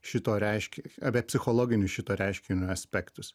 šito reiškia apie psichologinius šito reiškinio aspektus